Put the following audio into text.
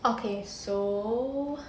okay so